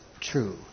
true